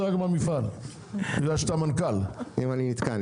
רק מהמפעל בגלל שאתה מנכ"ל?- - אם אני נתקע,